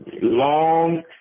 long